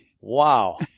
Wow